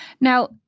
Now